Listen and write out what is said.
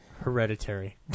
Hereditary